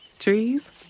trees